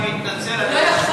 לא, אני מתנצל, הוא לא יכול.